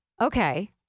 Okay